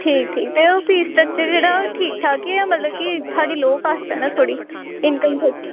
ਠੀਕ ਠੀਕ ਅਤੇ ਉਹ ਫੀ ਸਟਰਕਚਰ ਜਿਹੜਾ ਉਹ ਠੀਕ ਠਾਕ ਹੀ ਹੈ ਮਤਲਬ ਕਿ ਸਾਡੀ ਲੋਅ ਕਾਸਟ ਹੈ ਨਾ ਥੋੜ੍ਹੀ ਇਨਕਮ ਸੋਰਸ